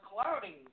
clouding